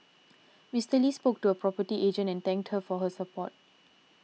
Mister Lee spoke to a property agent and thank her for her support